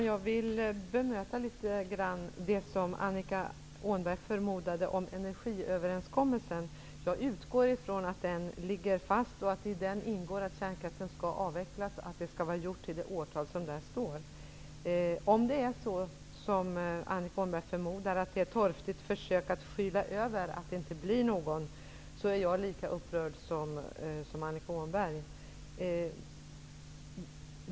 Fru talman! Jag vill bemöta det som Annika Åhnberg sade om energiöverenskommelsen. Jag utgår ifrån att den ligger fast, och att det i den ingår beslut om att kärnkraften skall avvecklas och att det skall vara gjort till det årtal som anges där. Om det -- vilket Annika Åhnberg förmodar -- görs torftiga försök att skyla över det faktum att det inte blir så, är jag lika upprörd som Annika Åhnberg.